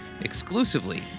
exclusively